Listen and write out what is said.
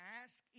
ask